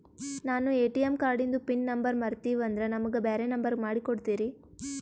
ನಾನು ಎ.ಟಿ.ಎಂ ಕಾರ್ಡಿಂದು PIN number ಮರತೀವಂದ್ರ ನಮಗ ಬ್ಯಾರೆ ನಂಬರ್ ಮಾಡಿ ಕೊಡ್ತೀರಿ?